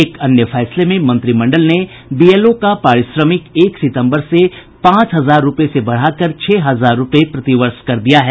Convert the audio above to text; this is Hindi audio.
एक अन्य फैसले में मंत्रिमंडल ने बीएलओ का पारिश्रमिक एक सितंबर से पांच हजार रूपये से बढ़ाकर छह हजार रूपये प्रति वर्ष कर दिया है